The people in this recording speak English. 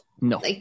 No